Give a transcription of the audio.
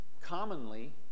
commonly